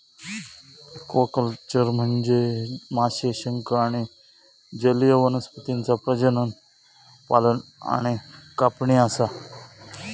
aquaculture म्हनजे माशे, शंख आणि जलीय वनस्पतींचा प्रजनन, पालन आणि कापणी असा